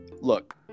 look